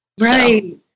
Right